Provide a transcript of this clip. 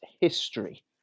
history